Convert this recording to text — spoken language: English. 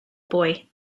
boy